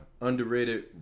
underrated